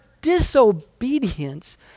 disobedience